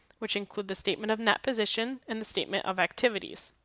which include the statement of net position and the statement of activities.